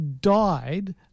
died